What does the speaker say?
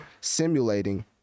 simulating